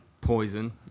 Poison